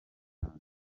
janja